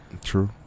true